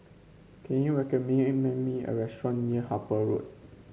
can you recommend me a restaurant near Harper Road